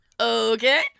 Okay